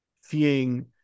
seeing